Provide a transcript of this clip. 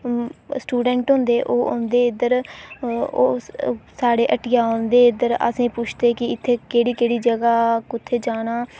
student होंदे ओह् औंदे इद्धर ओह् साढ़ी हट्टिया औंदे इद्धर पुच्छदे कि इद्धर केह्ड़ी केह्ड़ी जगह जाना